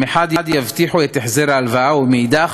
שמחד גיסא יבטיחו את החזר ההלוואה ומאידך